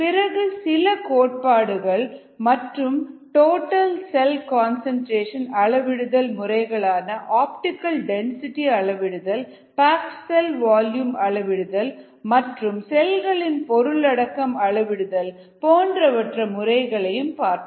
பிறகு சில கோட்பாடுகள் மற்றும் டோட்டல் செல் கன்சன்ட்ரேஷன் அளவிடுதல் முறைகளான ஆப்டிகல் டென்சிட்டி அளவிடுதல் பேக்டு செல் வால்யூம் அளவிடுதல் மற்றும் செல்களின் பொருளடக்கம் அளவிடுதல் போன்றவற்றின் முறைகளை பார்த்தோம்